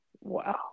Wow